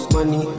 Money